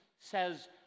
says